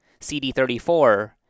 CD34